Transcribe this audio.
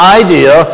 idea